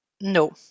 No